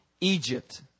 Egypt